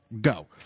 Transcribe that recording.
go